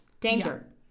danger